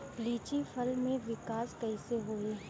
लीची फल में विकास कइसे होई?